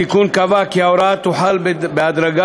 התיקון קבע כי ההוראה תוחל בהדרגה.